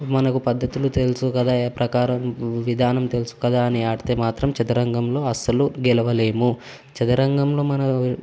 మనకు పద్దతులు తెలుసు కదా ఆ ప్రకారం విధానం తెలుసు కదా అని ఆడితే మాత్రం చదరంగంలో అసలు గెలవలేము చదరంగంలో మన